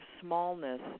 smallness